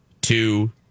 two